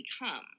become